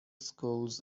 schools